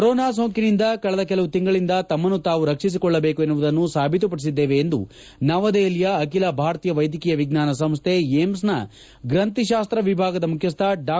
corona ಸೋಂಕಿನಿಂದ ಕಳೆದ ಪ ಪಲವು ತಿಂಗಳಿನಿಂದ ತಮ್ಮನ್ನು ತಾವು ರಕ್ಷಿಸಿಕೊಳ್ಳಬೇಕು ಎನ್ನುವುದನ್ನು ಸಾಬೀಕುಪಡಿಸಿದ್ದೇವೆ ಎಂದು ನವದೆಹಲಿಯ ಅಖಿಲ ಭಾರತೀಯ ವೈದ್ಯಕೀಯ ವಿಜ್ಞಾನ ಸಂಸ್ಟ ಏಮ್ಸಾನ ಗ್ರಂಥಿಶಾಸ್ತ ವಿಭಾಗದ ಮುಖ್ಯಸ್ವ ಡಾ